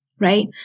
right